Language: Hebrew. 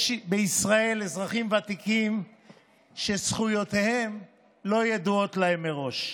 בישראל יש אזרחים ותיקים שזכויותיהם לא ידועות להם מראש.